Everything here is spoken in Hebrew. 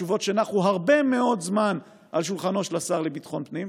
תשובות שנחו הרבה מאוד זמן על שולחנו של השר לביטחון פנים.